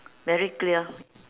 very clear